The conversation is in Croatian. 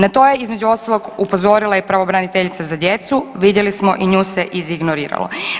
Na to je između ostalog upozorila i pravobraniteljica za djecu, vidjeli smo i nju se iz ignoriralo.